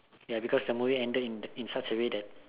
ya because the movie ended in such a way that